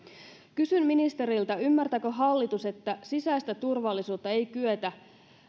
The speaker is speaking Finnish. kysyn ministeriltä ymmärtääkö hallitus että sisäistä turvallisuutta ei kyetä